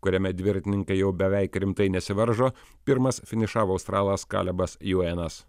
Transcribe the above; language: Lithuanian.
kuriame dviratininkai jau beveik rimtai nesivaržo pirmas finišavo australas kalebas juenas